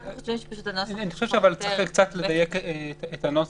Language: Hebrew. אני חושב שצריך קצת לדייק את הנוסח,